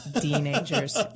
teenagers